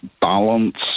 balance